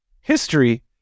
history